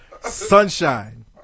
Sunshine